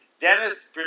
Dennis